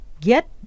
get